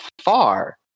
far